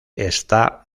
esta